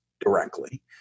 directly